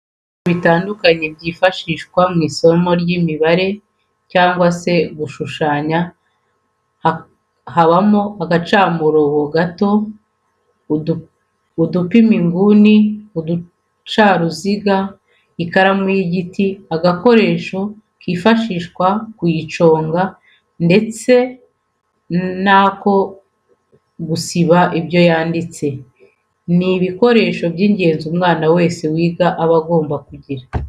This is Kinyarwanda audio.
Ibikoresho bitandukanye byifashishwa mu isomo ry'imibare cyangwa se mu gushushanya habamo agacamurobo gato, udupima inguni, uducaruziga, ikaramu y'igiti n'agakoresho kifashishwa mu kuyiconga ndetse n'ako gusiba ibyo yanditse, ni ibikoresho by'ingenzi umwana wese wiga aba agomba kugira.